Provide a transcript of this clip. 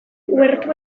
uhertu